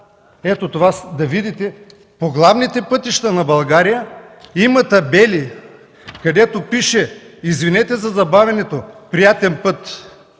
видите, че вече по главните пътища на България има табели, където пише: „Извинете за забавянето! Приятен път!”